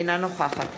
אינה נוכחת